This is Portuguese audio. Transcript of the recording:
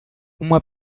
uma